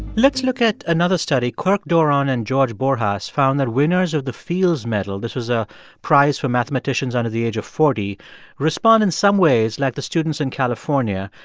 let's look at another study. kirk doran and george borjas found that winners of the fields medal this was a prize for mathematicians under the age of forty respond in some ways like the students in california.